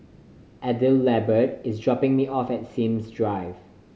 Adelbert is dropping me off at Sims Drive